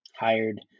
hired